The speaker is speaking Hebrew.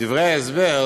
בדברי ההסבר